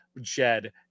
Jed